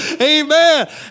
Amen